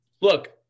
Look